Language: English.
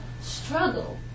struggle